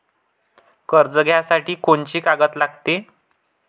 कर्ज घ्यासाठी कोनची कागद लागते?